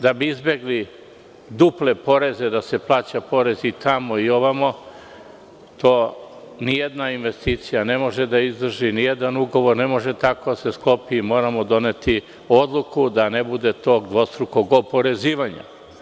Da bi izbegli duple poreze, da se plaća porez i tamo i ovde, jer to nijedna investicija ne može da izdrži, nijedan ugovor ne može tako da se sklopi i moramo doneti odluku da ne bude tog dvostrukog oporezivanja.